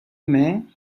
man